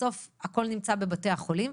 בסוף הכל נמצא בבתי החולים,